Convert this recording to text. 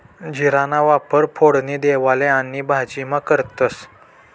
जीराना वापर फोडणी देवाले आणि भाजीमा करतंस